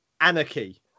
anarchy